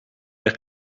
eich